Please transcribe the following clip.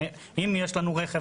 אם יש לנו רכב,